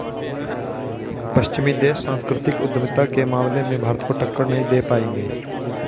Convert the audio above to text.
पश्चिमी देश सांस्कृतिक उद्यमिता के मामले में भारत को टक्कर नहीं दे पाएंगे